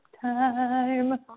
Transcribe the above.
time